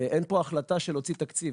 אין פה החלטה של להוציא תקציב.